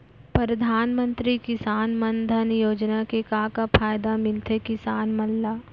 परधानमंतरी किसान मन धन योजना के का का फायदा मिलथे किसान मन ला?